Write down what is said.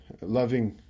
loving